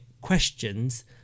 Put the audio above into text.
questions